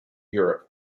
europe